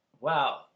wow